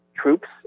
troops